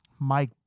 Mike